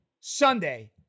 Sunday